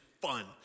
fun